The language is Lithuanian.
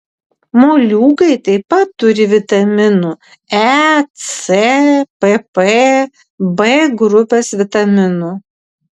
moliūgai taip pat turi vitaminų e c pp b grupės vitaminų